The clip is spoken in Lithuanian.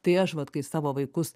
tai aš vat kai savo vaikus